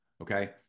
okay